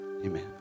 Amen